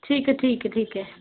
ਠੀਕ ਹੈ ਠੀਕ ਹੈ ਠੀਕ ਹੈ